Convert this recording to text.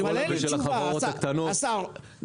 השר,